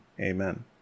amen